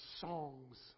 songs